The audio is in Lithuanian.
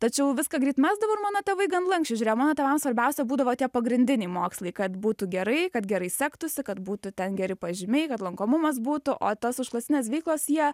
tačiau viską greit mesdavau ir mano tėvai gan lanksčiai žiūrėjo man svarbiausia būdavo tie pagrindiniai mokslai kad būtų gerai kad gerai sektųsi kad būtų ten geri pažymiai kad lankomumas būtų o tas užklasinės veiklos jie